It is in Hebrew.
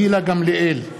גילה גמליאל,